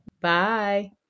bye